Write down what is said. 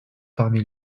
parmi